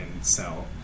sell